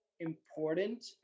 important